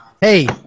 hey